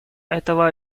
этого